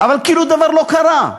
אבל כאילו דבר לא קרה.